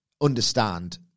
understand